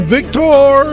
Victor